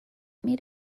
made